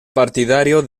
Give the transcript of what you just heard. partidario